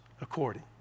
according